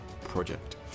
project